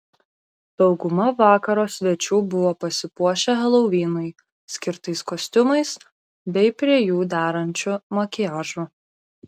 dauguma vakaro svečių buvo pasipuošę helovinui skirtais kostiumais bei prie jų derančiu makiažu